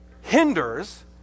hinders